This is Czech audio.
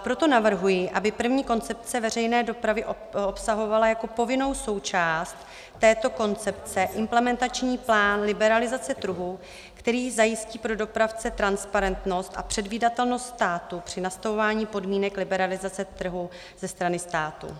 Proto navrhuji, aby první koncepce veřejné dopravy obsahovala jako povinnou součást této koncepce implementační plán liberalizace trhu, který zajistí pro dopravce transparentnost a předvídatelnost státu při nastavování podmínek liberalizace trhu ze strany státu.